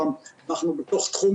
אנחנו בתוך תחום